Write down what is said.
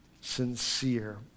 sincere